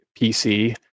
PC